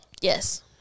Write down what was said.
Yes